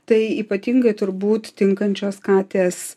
tai ypatingai turbūt tinkančios katės